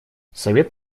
совет